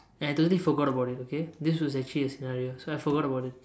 and I totally forgot about it okay this is actually a scenario so I forgot about it